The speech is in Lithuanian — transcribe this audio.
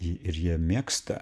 jį ir jie mėgsta